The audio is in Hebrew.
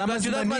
קיש, אז למה זמני?